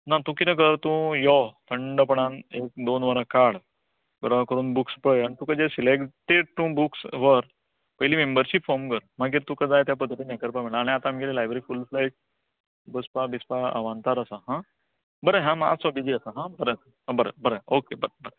ना तूं कितें कर तूं यो थंडपणान दोन वरां काड बरो करून बूक्स पळय आनी तुका जें सिलेक्टेड बूक्स व्हर पयलीं मेंम्बरशीप फाॅर्म भर मागीर तुका जाय त्या पध्दतीन करपाक मेळटा आनी आतां आमगेर लायब्ररी जायत बसपाक बिसपाक आवांतर आसा हां बरें हां हांव मात्सो बिजी आसा हां बरें हां बरें ओके बरें हय